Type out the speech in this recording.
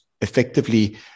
effectively